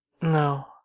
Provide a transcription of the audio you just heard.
No